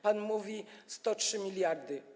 Pan mówi - 103 mld.